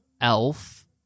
elf